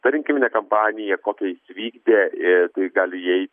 ta rinkiminė kampanija kokią jis vykdė ir kuri gali įeit